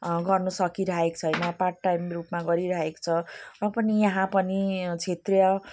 गर्नु सकिरहेको छैन पार्टटाइममा गरिरहेको छ र पनि यहाँ पनि क्षेत्रीय